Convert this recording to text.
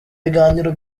biganiro